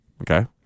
Okay